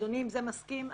אדוני מסכים עם זה?